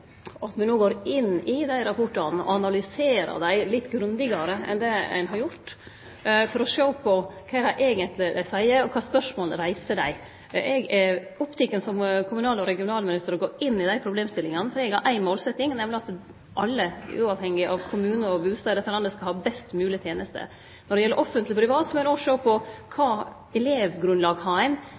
og private skular, trur eg det er viktig at me no går inn i dei rapportane og analyserer dei litt grundigare enn det ein har gjort, for å sjå på kva dei eigenleg seier, og kva spørsmål dei reiser. Som kommunal- og regionalminister er eg oppteken av å gå inn i dei problemstillingane, for eg har ei målsetjing, nemleg at alle, uavhengig av kommune og bustad i dette landet, skal ha best moglege tenester. Når det gjeld offentlege og private skular, må ein òg sjå på kva elevgrunnlag ein